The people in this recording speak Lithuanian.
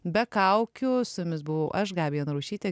be kaukių su jumis buvau aš gabija narušytė